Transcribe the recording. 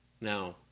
Now